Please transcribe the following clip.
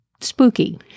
spooky